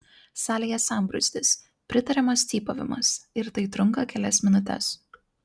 salėje sambrūzdis pritariamas cypavimas ir tai trunka kelias minutes